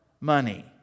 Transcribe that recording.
money